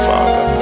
Father